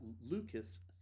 Lucas